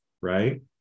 right